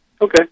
Okay